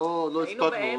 היינו באמצע.